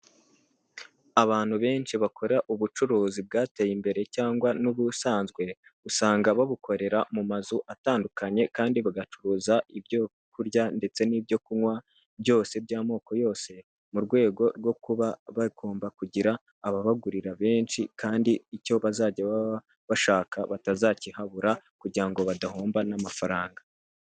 Abantu benshi bakora ubucuruzi bwateye imbere cyangwa n'ubusanzwe usanga babukorera mu mazu atandukanye kandi bagacuruza ibyo kurya ndetse n'ibyo kunywa byose by'amoko yose mu rwego rwo kuba bagomba kugira ababagurira benshi kandi icyo bazajya baba bashaka batazakihabura kugira ngo badahomba amafaranga.